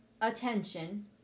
attention